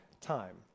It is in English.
time